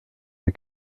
les